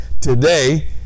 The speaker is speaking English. Today